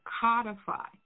codify